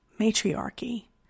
matriarchy